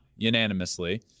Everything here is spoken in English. unanimously